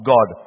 God